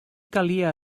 calia